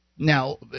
Now